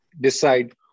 decide